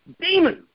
demons